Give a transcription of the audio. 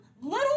Little